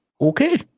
Okay